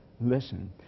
listen